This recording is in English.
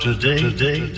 Today